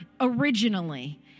originally